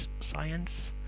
science